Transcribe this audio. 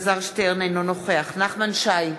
אינו נוכח נחמן שי,